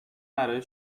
برای